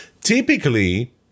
typically